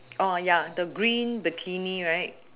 oh ya the green bikini right